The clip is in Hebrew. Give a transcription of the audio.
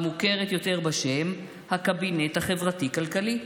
המוכרת יותר בשם הקבינט החברתי-כלכלי.